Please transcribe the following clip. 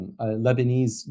Lebanese